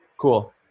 Cool